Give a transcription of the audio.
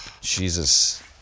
Jesus